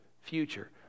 future